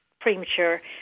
premature